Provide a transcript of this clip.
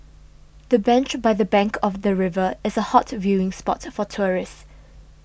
the bench by the bank of the river is a hot viewing spot for tourists